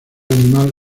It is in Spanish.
animal